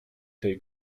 tej